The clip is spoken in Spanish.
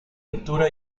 lectura